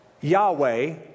Yahweh